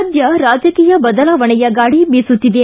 ಸದ್ಯ ರಾಜಕೀಯ ಬದಲಾವಣೆಯ ಗಾಳಿ ಬೀಸುತ್ತಿದೆ